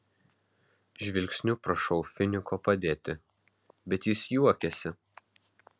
žvilgsniu prašau finiko padėti bet jis juokiasi